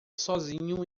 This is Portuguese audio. sozinho